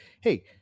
hey